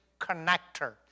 connector